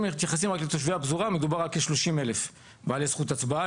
אם מתייחסים רק לתושבי הפזורה מדובר רק על כ-30 אלף בעלי זכות הצבעה,